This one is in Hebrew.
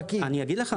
פה.